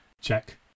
Check